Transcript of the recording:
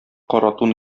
каратун